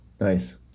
Nice